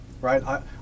right